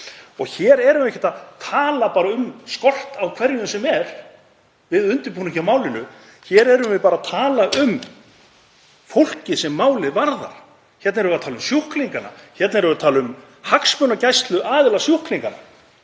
Og hér erum við ekki að tala um skort á hverju sem er við undirbúning málsins. Hér erum við að tala um fólkið sem málið varðar. Við erum að tala um sjúklingana. Við erum að tala um hagsmunagæsluaðila, sjúklingana